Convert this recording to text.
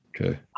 okay